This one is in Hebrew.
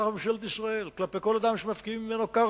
בממשלת ישראל כלפי כל אדם שמפקיעים ממנו קרקע,